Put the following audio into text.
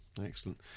Excellent